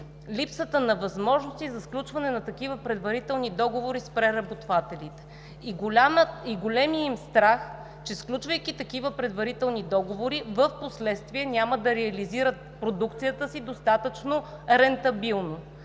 липсата на възможности за сключване на такива предварителни договори с преработвателите. Големият им страх е, сключвайки такива предварителни договори, че впоследствие няма да реализират продукцията си достатъчно рентабилно.